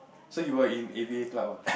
so you were in a_v_a Club ah